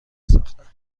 ساختن